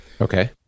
Okay